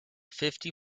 fifty